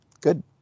Good